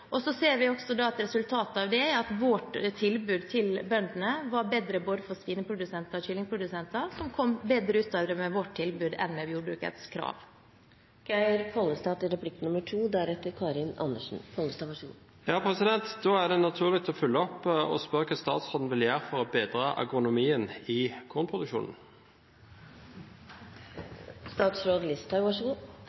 kraftfôrprisen. Så ser vi også at resultatet av det er at vårt tilbud til bøndene var bedre både for svineprodusenter og kyllingprodusenter. De kom bedre ut av det med vårt tilbud enn med jordbrukets krav. Da er det naturlig å følge opp og spørre hva statsråden vil gjøre for å bedre agronomien i